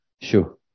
Sure